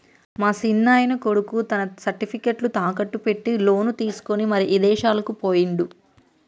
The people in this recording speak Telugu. మా సిన్నాయన కొడుకు తన సర్టిఫికేట్లు తాకట్టు పెట్టి లోను తీసుకొని మరి ఇదేశాలకు పోయిండు